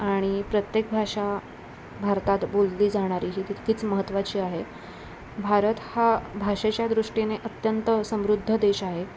आणि प्रत्येक भाषा भारतात बोलली जाणारी ही तितकीच महत्त्वाची आहे भारत हा भाषेच्यादृष्टीने अत्यंत समृद्ध देश आहे